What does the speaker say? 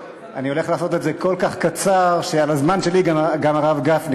אני הולך לעשות את זה כל כך קצר שעל הזמן שלי גם הרב גפני,